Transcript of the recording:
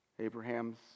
Abraham's